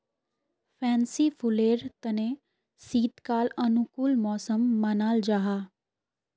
fancy फुलेर तने शीतकाल अनुकूल मौसम मानाल जाहा